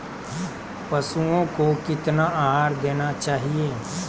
पशुओं को कितना आहार देना चाहि?